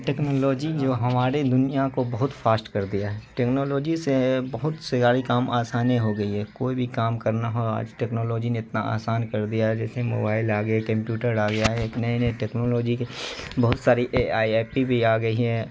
technology جو ہماری دنیا کو بہت فاسٹ کر دیا ہے ٹیکنالوجی سے بہت سے سارے کام آسانی ہو گئی ہے کوئی بھی کام کرنا ہو آج ٹیکنالوجی نے اتنا آسان کر دیا ہے جیسے موبائل آ گئی کمپوٹر آگیا ہے نئے نئے ٹیکنالوجی کے بہت ساری اے آئی ایپیں بھی آ گئی ہیں